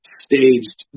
staged